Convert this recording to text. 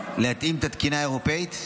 להתאים את התקינה האירופית,